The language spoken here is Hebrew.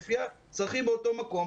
לפי הצרכים באותו מקום,